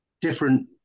different